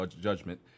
Judgment